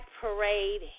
Parade